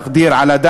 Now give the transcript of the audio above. האהוב שלנו,